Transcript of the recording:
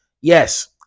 Yes